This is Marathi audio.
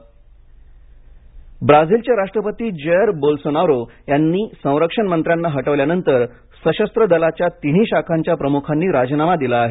ब्राझील ब्राझीलचे राष्ट्रपती जेअर बोलसोनारो यांनी संरक्षण मंत्र्यांना हटवल्यानंतर सशस्त्र दलाच्या तिन्ही शाखांच्या प्रमुखांनी राजीनामा दिला आहे